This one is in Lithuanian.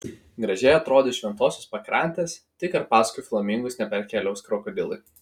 gražiai atrodys šventosios pakrantės tik ar paskui flamingus neparkeliaus krokodilai